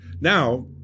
Now